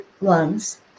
lungs